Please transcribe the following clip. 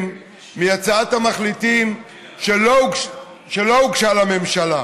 מהצעת המחליטים שלא הוגשה לממשלה,